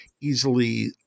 easily